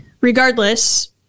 Regardless